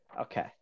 Okay